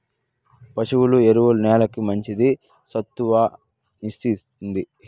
పశువుల ఎరువు నేలకి మంచి సత్తువను ఇస్తుంది